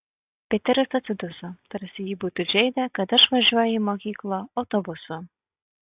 piteris atsiduso tarsi jį būtų žeidę kad aš važiuoju į mokyklą autobusu